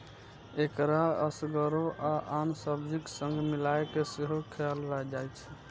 एकरा एसगरो आ आन सब्जीक संग मिलाय कें सेहो खाएल जाइ छै